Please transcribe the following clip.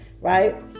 right